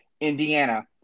Indiana